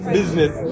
Business